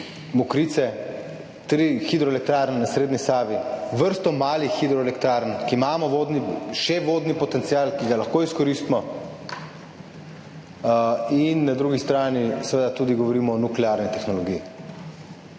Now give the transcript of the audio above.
Mokrice, tri hidroelektrarne na srednji Savi, vrsto malih hidroelektrarn, za katere še imamo vodni potencial, ki ga lahko izkoristimo, na drugi strani pa seveda govorimo tudi o nuklearni tehnologiji.